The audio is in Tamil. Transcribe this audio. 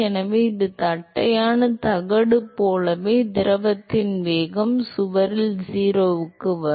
எனவே தட்டையான தகடு போலவே திரவத்தின் வேகம் சுவரில் 0 க்கு வரும்